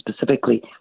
specifically